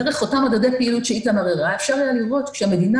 דרך אותם מדדי פעילות שאיתמר הראה אפשר היה לראות שכשהמדינה